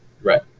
Right